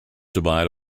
divide